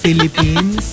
Philippines, (